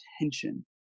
attention